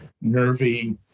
nervy